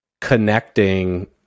connecting